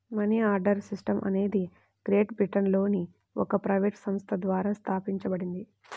money order system అనేది great బ్రిటన్లోని ఒక ప్రైవేట్ సంస్థ ద్వారా స్థాపించబడింది